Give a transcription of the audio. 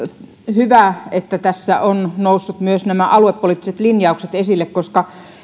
hyvä että tässä ovat nousseet myös nämä aluepoliittiset linjaukset esille koska